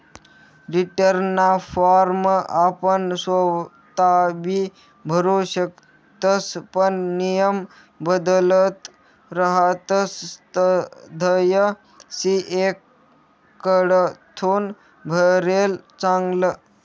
रीटर्नना फॉर्म आपण सोताबी भरु शकतस पण नियम बदलत रहातस तधय सी.ए कडथून भरेल चांगलं